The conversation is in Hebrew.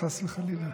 חס וחלילה.